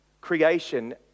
creation